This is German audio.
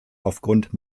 aufgrund